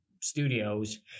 studios